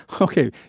Okay